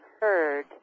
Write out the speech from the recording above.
heard